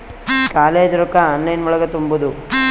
College ರೊಕ್ಕ online ಒಳಗ ತುಂಬುದು?